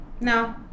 no